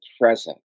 present